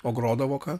o grodavo ką